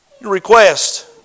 Request